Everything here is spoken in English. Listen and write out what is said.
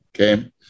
okay